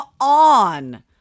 on